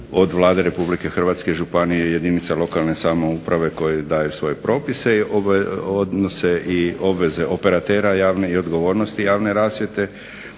od Vlade Republike Hrvatske, županije, jedinica lokalne samouprave koji daju svoje propise, odnose i obveze operatera javne i odgovornosti javne rasvjete,